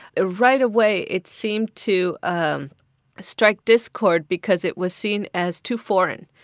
ah right away, it seemed to um strike discord because it was seen as too foreign.